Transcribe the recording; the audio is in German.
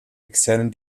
externen